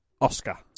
Oscar